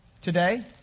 today